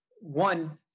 one